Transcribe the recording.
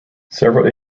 several